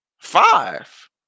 Five